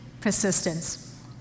persistence